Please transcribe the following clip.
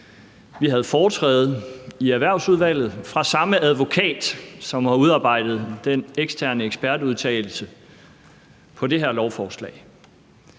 Vi havde foretræde i Erhvervsudvalget af samme advokat, som har udarbejdet den eksterne ekspertudtalelse om det her lovforslag.